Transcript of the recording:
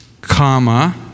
Comma